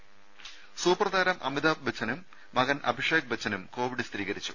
രേര സൂപ്പർതാരം അമിതാഭ് ബച്ചനും മകൻ അഭിഷേക് ബച്ചനും കോവിഡ് സ്ഥിരീകരിച്ചു